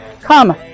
Come